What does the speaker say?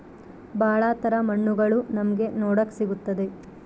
ಭಾಳ ತರ ಮಣ್ಣುಗಳು ನಮ್ಗೆ ನೋಡಕ್ ಸಿಗುತ್ತದೆ